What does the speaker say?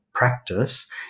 practice